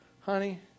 honey